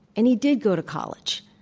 and he did go to college,